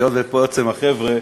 היות שפה יוצאים החבר'ה,